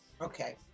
Okay